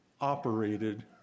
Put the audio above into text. operated